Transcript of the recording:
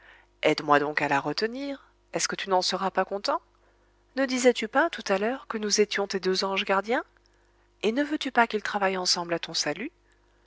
aide-moi donc à la retenir est-ce que tu n'en seras pas content ne disais-tu pas tout à l'heure que nous étions tes deux anges gardiens et ne veux-tu pas qu'ils travaillent ensemble à ton salut